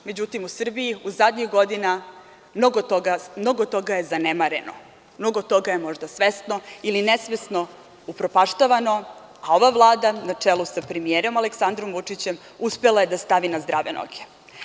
Međutim, u Srbiji zadnjih godina mnogo toga je zanemareno, mnogo toga je, svesno ili nesvesno, upropaštavano, a ova Vlada na čelu sa premijerom Aleksandrom Vučićem uspela je da stavi na zdrave noge.